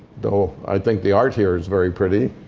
though, i think the art here is very pretty.